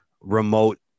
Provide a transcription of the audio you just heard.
remote